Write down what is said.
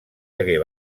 hagué